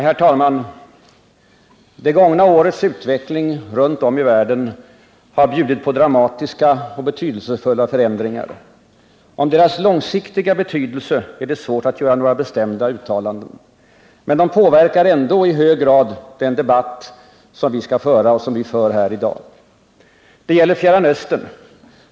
Herr talman! Det gångna årets utveckling runt om i världen har bjudit på dramatiska och betydelsefulla förändringar. Om deras långsiktiga betydelse är det svårt att göra några bestämda uttalanden. Men de påverkar ändå i hög grad den debatt som vi skall föra och som vi för här i dag. Det gäller Fjärran Östern.